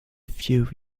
few